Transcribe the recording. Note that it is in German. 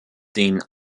den